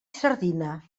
sardina